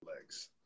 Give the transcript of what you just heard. legs